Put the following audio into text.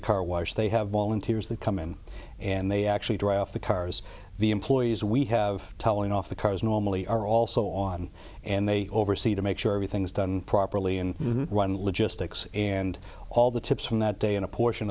the car wash they have volunteers that come in and they actually dry off the cars the employees we have telling off the cars normally are also on and they oversee to make sure everything's done properly and run logistics and all the tips from that day in a portion